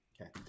Okay